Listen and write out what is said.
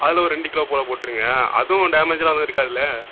அதில் ஒரு ரெண்டு கிலோ போல் போட்டிருங்க அதுவும் டேமேஜெல்லாம் எதுவும் இருக்காதில்ல